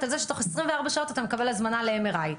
על זה שתוך 24 שעות אתה מקבל הזמנה ל-MRI.